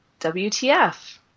WTF